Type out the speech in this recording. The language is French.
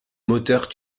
moteurs